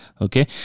Okay